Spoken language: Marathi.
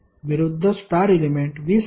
विरुध्द स्टार एलेमेंट 20 आहे